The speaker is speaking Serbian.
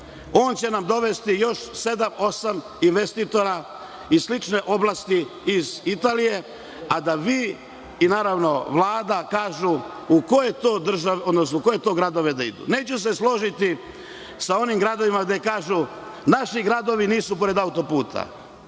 On će nam dovesti još sedam, osam investitora i slične oblasti iz Italije, a da vi i, naravno, Vlada kažu u koje to gradove da idu. Neću se složiti sa onim gradovima gde kažu – naši gradovi nisu pored autoputa.